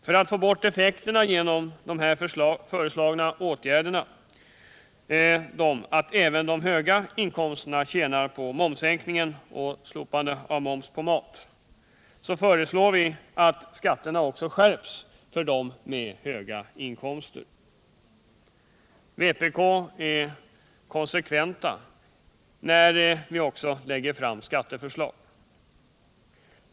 För att få bort effekten att även de med höga inkomster tjänar på momssänkningen och slopandet av momsen på mat föreslår vi att skatterna skärps för dem med höga inkomster. Inom vpk är vi konsekventa även när vi lägger fram skatteförslag.